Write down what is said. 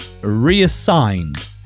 reassigned